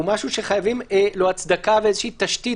הוא משהו שחייבים לו הצדקה ואיזושהי תשתית